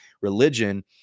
religion